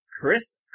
Chris